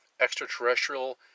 extraterrestrial